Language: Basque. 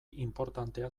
inportantea